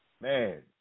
Man